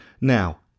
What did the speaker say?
Now